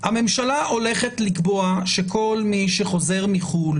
הממשלה הולכת לקבוע שכל מי שחוזר מחו"ל